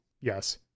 yes